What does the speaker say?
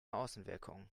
außenwirkung